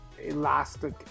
elastic